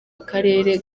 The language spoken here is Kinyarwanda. akarere